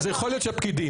אז יכול להיות שהפקידים.